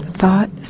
thought